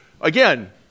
again